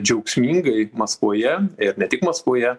džiaugsmingai maskvoje ir ne tik maskvoje